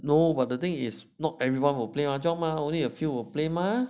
no but the thing is not everyone will play mahjong mah only a few will play mah